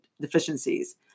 deficiencies